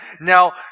now